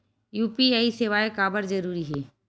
UPI सेवाएं काबर जरूरी हे?